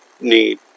need